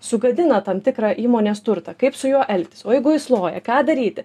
sugadina tam tikrą įmonės turtą kaip su juo elgtis o jeigu jis loja ką daryti